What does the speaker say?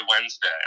Wednesday